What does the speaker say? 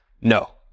no